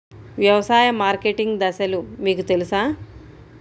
వ్యవసాయ మార్కెటింగ్ దశలు మీకు తెలుసా?